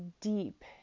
deep